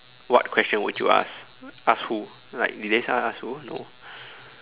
what question would you ask ask who like did they say ask who no